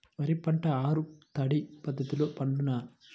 వరి పంట ఆరు తడి పద్ధతిలో పండునా?